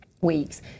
weeks